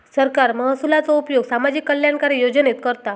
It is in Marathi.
सरकार महसुलाचो उपयोग सामाजिक कल्याणकारी योजनेत करता